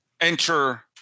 Enter